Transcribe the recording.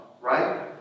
right